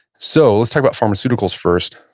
so, let's talk about pharmaceuticals first.